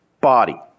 body